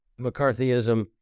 McCarthyism